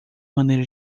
maneira